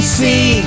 see